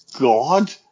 God